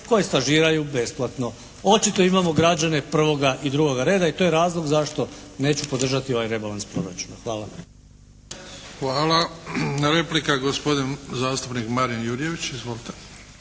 koje stažiraju besplatno. Očito imamo građane prvoga i drugoga reda i to je razlog zašto neću podržati ovaj rebalans proračuna. Hvala. **Bebić, Luka (HDZ)** Hvala. Replika gospodin zastupnik Marin Jurjević. Izvolite.